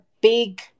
big